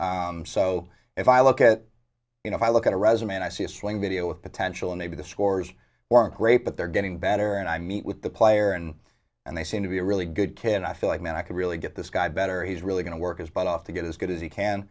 coach so if i look at you know if i look at a resume and i see a swing video with potential and maybe the scores weren't great but they're getting better and i meet with the player and and they seem to be a really good kid and i feel like man i can really get this guy better he's really going to work his butt off to get as good as he can